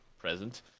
present